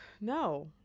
No